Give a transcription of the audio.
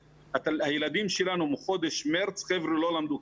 הילדים שלנו מחודש מארס לא למדו.